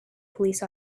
police